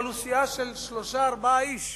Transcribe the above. אבל הוא סיעה של שלושה-ארבעה אנשים